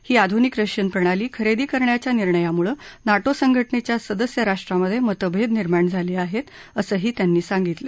ही आधुनिक रशियन प्रणाली खरेदी करण्याच्या निर्णयामुळे नाटो संघटनेच्या सदस्य राष्ट्रांमध्ये मतभेद निर्माण झाले आहेत असंही यांनी सांगितलं